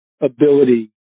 ability